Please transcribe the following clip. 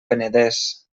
penedès